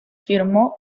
firmó